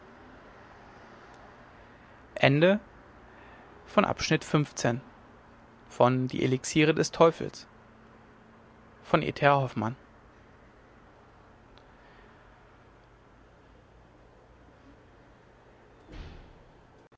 blendwerk des teufels